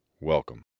Welcome